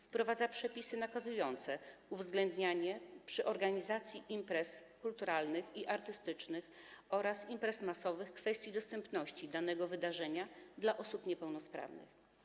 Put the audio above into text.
Wprowadza przepisy nakazujące uwzględnianie przy organizacji imprez kulturalnych i artystycznych oraz imprez masowych kwestii dostępności danego wydarzenia dla osób niepełnosprawnych.